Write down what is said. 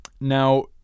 now